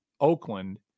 Oakland